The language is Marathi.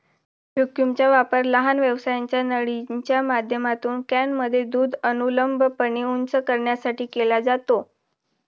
व्हॅक्यूमचा वापर लहान व्यासाच्या नळीच्या माध्यमातून कॅनमध्ये दूध अनुलंबपणे उंच करण्यासाठी केला जातो